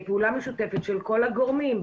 פעולה משותפת של כל הגורמים,